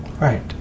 right